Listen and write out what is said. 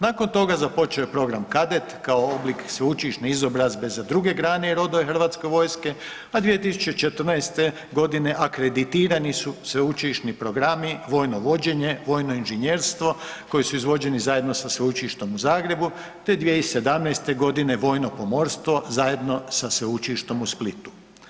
Nakon toga započeo je program kadet kao oblik sveučilišne izobrazbe za druge i rodove hrvatske vojske, a 2014. godine akreditirani su sveučilišni programi, Vojno vođenje, Vojno inženjerstvo koji su izvođeni zajedno sa Sveučilištem u Zagrebu te 2017. godine Vojno pomorstvo zajedno sa Sveučilištem u Splitu.